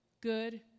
good